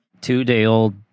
Two-day-old